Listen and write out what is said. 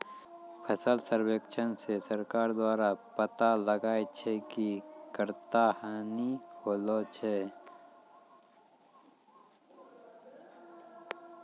फसल सर्वेक्षण से सरकार द्वारा पाता लगाय छै कि कत्ता हानि होलो छै